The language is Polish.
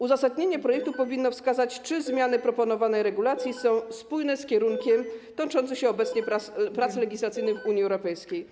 Uzasadnienie projektu powinno wskazać, czy zmiany proponowanej regulacji są spójne z kierunkiem toczących się obecnie prac legislacyjnych w Unii Europejskiej.